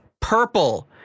Purple